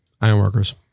Ironworkers